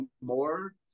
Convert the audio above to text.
more